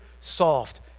soft